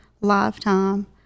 lifetime